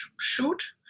shoot